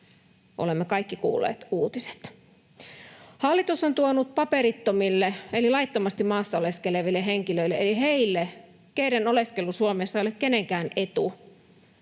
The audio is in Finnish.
Olemme kaikki kuulleet uutiset. Hallitus on tuonut paperittomille eli laittomasti maassa oleskeleville henkilöille, eli heille, keiden oleskelu Suomessa ei ole kenenkään etu,